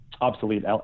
obsolete